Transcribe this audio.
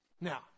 Now